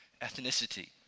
ethnicity